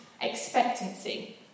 expectancy